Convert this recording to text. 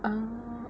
orh